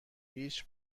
هیچ